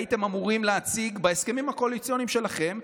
הייתם אמורים להציג בהסכמים הקואליציוניים שלכם,